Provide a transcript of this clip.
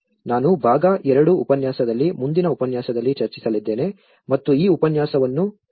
ನಾನು ಭಾಗ 2 ಉಪನ್ಯಾಸದಲ್ಲಿ ಮುಂದಿನ ಉಪನ್ಯಾಸದಲ್ಲಿ ಚರ್ಚಿಸಲಿದ್ದೇನೆ ಮತ್ತು ಈ ಉಪನ್ಯಾಸವನ್ನು ನನ್ನ ಸ್ವಂತ ಕೆಲಸವನ್ನು ಅಭಿವೃದ್ಧಿಪಡಿಸಲಾಗಿದೆ